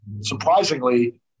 surprisingly